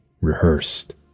Rehearsed